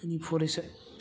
जोंनि फरायसा